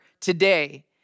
today